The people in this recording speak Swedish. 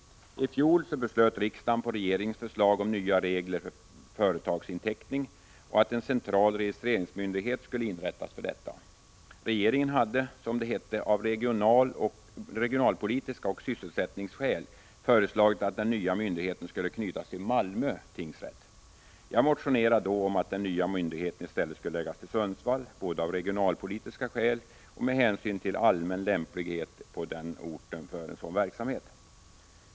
I fjol beslöt riksdagen på regeringens förslag om nya regler för företagsinteckning och att en central registreringsmyndighet skulle inrättas för detta. Regeringen hade — av regionalpolitiska skäl och sysselsättningsskäl, som det hette — föreslagit att denna nya myndighet skulle knytas till Malmö tingsrätt. Jag motionerade då om att den nya myndigheten i stället skulle förläggas till Sundsvall, både av regionalpolitiska skäl och med hänsyn till allmän lämplighet på denna ort för den aktuella verksamheten.